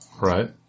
Right